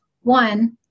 one